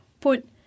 put